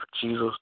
Jesus